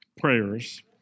prayers